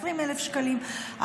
20,000 שקלים,